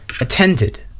attended